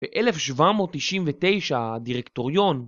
ב-1799 הדירקטוריון